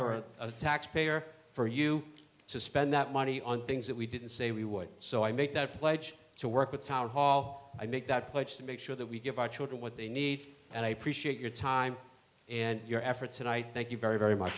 her a taxpayer for you to spend that money on things that we didn't say we would so i make that pledge to work with townhall i make that pledge to make sure that we give our children what they need and i appreciate your time and your efforts and i thank you very very much